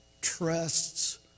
trusts